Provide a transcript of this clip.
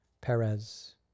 Perez